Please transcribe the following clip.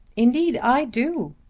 indeed i do.